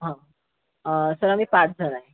हां सर आम्ही पाच जण आहे